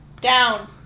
Down